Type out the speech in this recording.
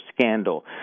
scandal